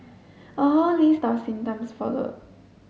a whole list of symptoms followed